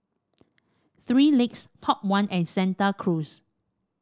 Three Legs Top One and Santa Cruz